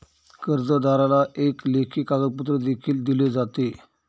कर्जदाराला एक लेखी कागदपत्र देखील दिले जाते